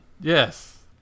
Yes